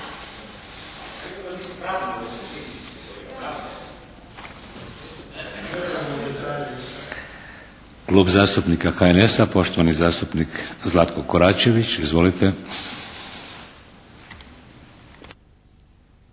kada se je znalo